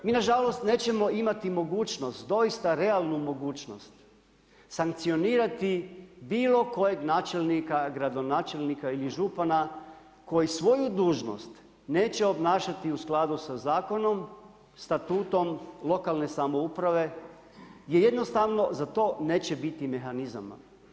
Mi nažalost nećemo imati mogućnost doista realnu mogućnost sankcionirati bilo kojeg načelnika, gradonačelnika ili župana koji svoju dužnost neće obnašati u skladu sa zakonom, statutom lokalne samouprave gdje jednostavno za to neće biti mehanizama.